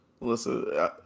Listen